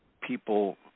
people